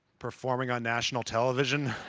performing on national television.